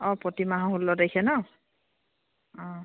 অঁ প্ৰতিমাহৰ ষোল্ল তাৰিখে ন অঁ